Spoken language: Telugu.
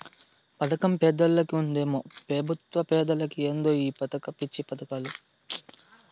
పదకం పేదోల్లకి, దుడ్డేమో పెబుత్వ పెద్దలకి ఏందో ఈ పిచ్చి పదకాలు